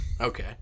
Okay